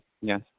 Yes